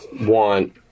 want